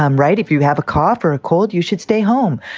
um right. if you have a cough or a cold, you should stay home.